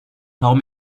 warum